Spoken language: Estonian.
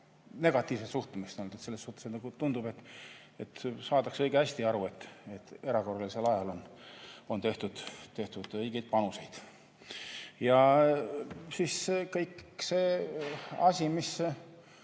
negatiivset suhtumist olnud. Selles suhtes tundub, et saadakse väga hästi aru, et erakorralisel ajal on tehtud õigeid panuseid. Ja kõik see, mis